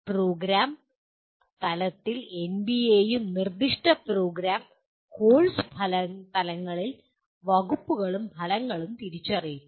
programme തലത്തിൽ എൻബിഎയും നിർദ്ദിഷ്ട പ്രോഗ്രാം കോഴ്സ് തലങ്ങളിൽ വകുപ്പും ഫലങ്ങളും തിരിച്ചറിയുന്നു